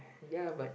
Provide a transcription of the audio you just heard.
ya but